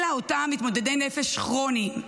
אלא אותם מתמודדי נפש כרוניים,